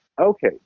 Okay